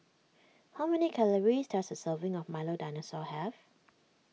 how many calories does a serving of Milo Dinosaur have